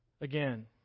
Again